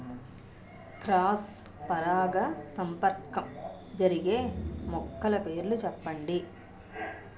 Cross పరాగసంపర్కం జరిగే మొక్కల పేర్లు చెప్పండి?